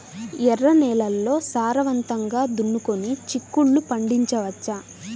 ఎర్ర నేలల్లో సారవంతంగా దున్నుకొని చిక్కుళ్ళు పండించవచ్చు